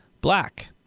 black